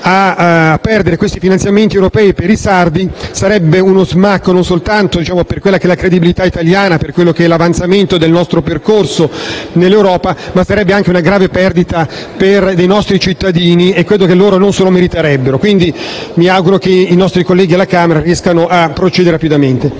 a perdere questi finanziamenti europei per i sardi, sarebbe uno smacco non soltanto per la credibilità italiana e per l'avanzamento del nostro percorso in Europa, ma sarebbe anche una grave perdita per dei nostri cittadini, che credo non se lo meritino. Mi auguro pertanto che i nostri colleghi alla Camera riescano a procedere rapidamente.